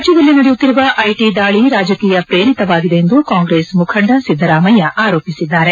ರಾಜ್ಯದಲ್ಲಿ ನಡೆಯುತ್ತಿರುವ ಐಟಿ ದಾಳಿ ರಾಜಕೀಯ ಪ್ರೇರಿತವಾಗಿದೆ ಎಂದು ಕಾಂಗ್ರೆಸ್ ಮುಖಂಡ ಸಿದ್ದರಾಮಯ್ಯ ಆರೋಪಿಸಿದ್ದಾರೆ